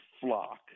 flock